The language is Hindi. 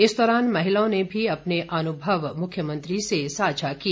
इस दौरान महिलाओं ने भी अपने अनुभव मुख्यमंत्री से सांझा किए